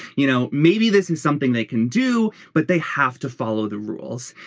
you know maybe this is something they can do but they have to follow the rules.